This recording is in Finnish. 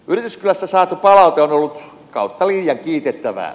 yrityskylästä saatu palaute on ollut kautta linjan kiitettävää